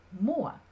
more